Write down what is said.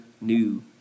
new